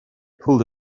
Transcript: pulled